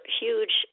huge